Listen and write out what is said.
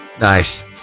Nice